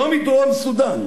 לא מדרום-סודן,